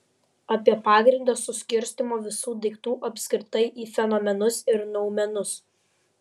apie pagrindą suskirstymo visų daiktų apskritai į fenomenus ir noumenus